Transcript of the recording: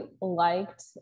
liked